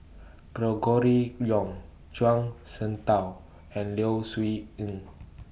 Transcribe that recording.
Gregory Yong Zhuang Shengtao and Low Siew Nghee